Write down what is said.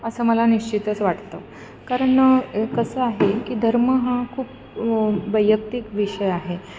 असं मला निश्चितच वाटतं कारण कसं आहे की धर्म हा खूप वैयक्तिक विषय आहे